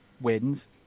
wins